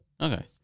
Okay